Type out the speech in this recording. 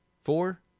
Four